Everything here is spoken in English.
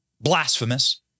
blasphemous